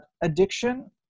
addiction